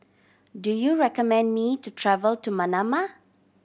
do you recommend me to travel to Manama